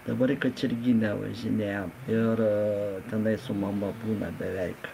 dabar į kačerginę važinėja ir tenai su mama būna beveik